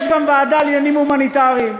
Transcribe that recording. יש גם ועדה לעניינים הומניטריים,